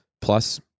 Plus